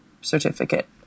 certificate